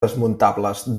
desmuntables